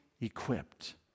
equipped